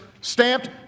stamped